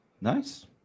Nice